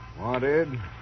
Wanted